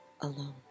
alone